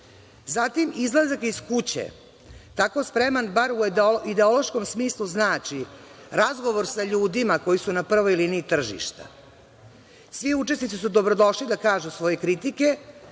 „Zatim, izlazak iz kuće, tako spreman, bar u ideološkom smislu, znači razgovor sa ljudima koji su na prvoj liniji tržišta. Svi učesnici su dobrodošli da kažu svoje kritike,